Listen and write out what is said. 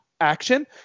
action